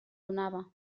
donava